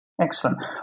Excellent